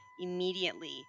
immediately